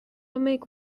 make